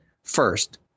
First